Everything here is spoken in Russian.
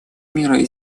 мира